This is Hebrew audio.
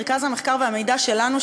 מרכז המחקר והמידע שלנו,